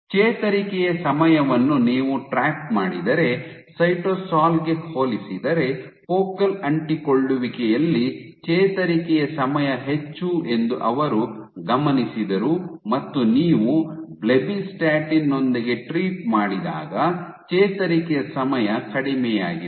ಚೇತರಿಕೆಯ ಸಮಯವನ್ನು ನೀವು ಟ್ರ್ಯಾಕ್ ಮಾಡಿದರೆ ಸೈಟೊಸೊಲ್ ಗೆ ಹೋಲಿಸಿದರೆ ಫೋಕಲ್ ಅಂಟಿಕೊಳ್ಳುವಿಕೆಯಲ್ಲಿ ಚೇತರಿಕೆಯ ಸಮಯ ಹೆಚ್ಚು ಎಂದು ಅವರು ಗಮನಿಸಿದರು ಮತ್ತು ನೀವು ಬ್ಲೆಬಿಸ್ಟಾಟಿನ್ ನೊಂದಿಗೆ ಟ್ರೀಟ್ ಮಾಡಿದಾಗ ಚೇತರಿಕೆಯ ಸಮಯ ಕಡಿಮೆಯಾಗಿದೆ